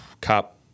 Cop